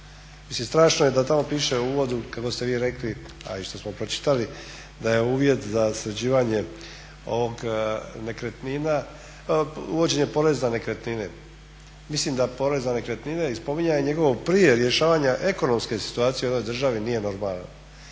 Mislim strašno je da tamo piše u uvodu kako ste vi rekli, a i što smo pročitali, da je uvjet za sređivanje ovih nekretnina, uvođenje poreza na nekretnine. Mislim da porez na nekretnine i spominjanje njegovog prije rješavanja ekonomske situacije u ovoj državi nije normalan